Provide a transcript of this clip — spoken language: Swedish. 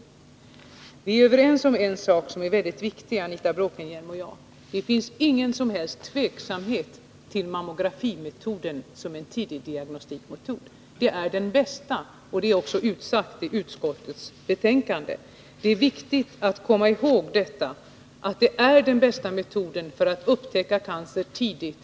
Anita Bråkenhielm och jag är överens om en sak, som är väldigt viktigt: Det finns ingen som helst tveksamhet till mammografimetoden som en tidigdiagnostikmetod. Mammografimetoden är här den bästa, och det är också utsagt i utskottets betänkande. Det är viktigt att komma ihåg att mammografin är den bästa metoden för att upptäcka cancer tidigt.